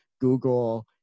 Google